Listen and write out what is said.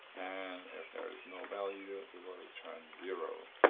and if there is no value, we will return zero.